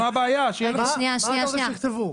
מה אתה רוצה שיכתבו?